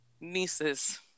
nieces